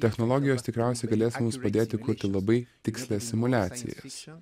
technologijos tikriausiai galės mums padėti kurti labai tikslias simuliacijas